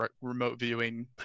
remote-viewing